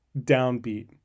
downbeat